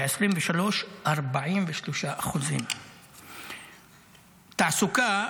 ב-2023, 43%. תעסוקה,